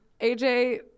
AJ